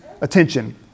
attention